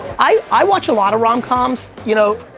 i watch a lot of rom-coms. you know